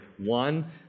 one